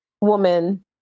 woman